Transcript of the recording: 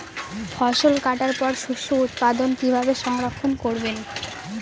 ফসল কাটার পর শস্য উৎপাদন কিভাবে সংরক্ষণ করবেন?